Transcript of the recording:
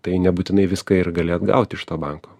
tai nebūtinai viską ir gali atgauti iš to banko